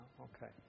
Okay